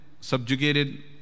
Subjugated